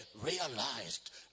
realized